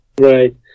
right